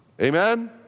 Amen